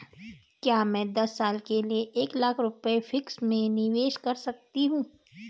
क्या मैं दस साल के लिए एक लाख रुपये फिक्स में निवेश कर सकती हूँ?